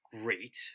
great